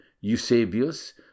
Eusebius